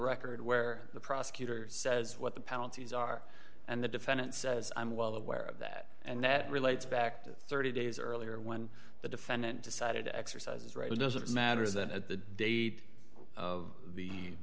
record where the prosecutor says what the penalties are and the defendant says i'm well aware of that and that relates back to thirty days earlier when the defendant decided to exercise his right it doesn't matter is that at the date of the